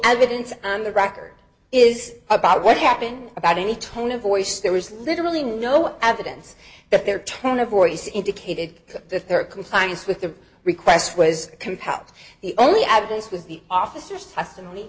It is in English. evidence on the record is about what happened about any tone of voice there was literally no evidence that their tone of voice indicated the rd compliance with the request was compelled the only add this was the officers testimony